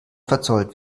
verzollt